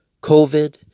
COVID